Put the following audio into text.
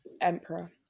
emperor